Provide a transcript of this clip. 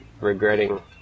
regretting